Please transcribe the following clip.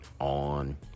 on